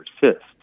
persist